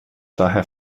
daher